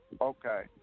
Okay